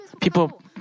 people